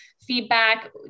feedback